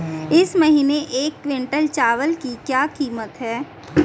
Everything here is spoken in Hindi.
इस महीने एक क्विंटल चावल की क्या कीमत है?